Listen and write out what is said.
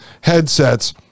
headsets